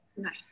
Nice